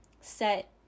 set